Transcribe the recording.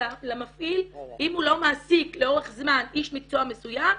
למפעיל אם הוא לא מעסיק לאורך זמן איש מקצוע מסוים.